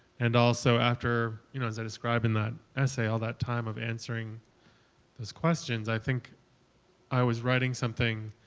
and also after, you know as i describe in that essay, all that time of answering those questions, i think i was writing something,